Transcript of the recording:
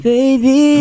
Baby